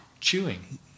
chewing